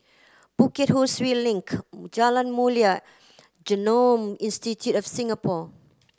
Bukit Ho Swee Link Jalan Mulia Genome Institute of Singapore